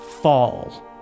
fall